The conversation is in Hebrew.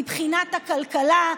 מבחינת הכלכלה,